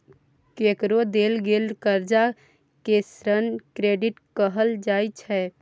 केकरो देल गेल करजा केँ ऋण क्रेडिट कहल जाइ छै